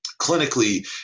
clinically